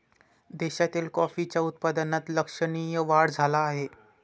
देशातील कॉफीच्या उत्पादनात लक्षणीय वाढ झाला आहे